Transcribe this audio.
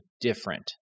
different